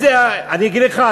אני אגיד לך,